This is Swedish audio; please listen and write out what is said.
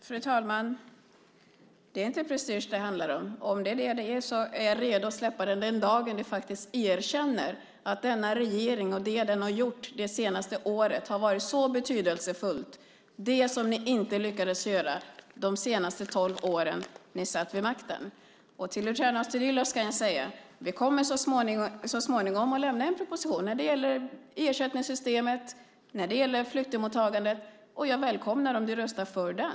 Fru talman! Det är inte prestige det handlar om. Om det skulle vara det är jag redo att släppa den den dagen du faktiskt erkänner att denna regering och det den har gjort det senaste året har varit betydelsefullt, det som ni inte lyckades göra de senaste tolv åren ni satt vid makten. Till Luciano Astudillo kan jag säga att vi så småningom kommer att lämna en proposition när det gäller ersättningssystemet och när det gäller flyktingmottagandet. Jag välkomnar om du röstar för den.